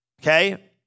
Okay